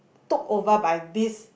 took over by this